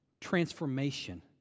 transformation